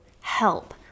help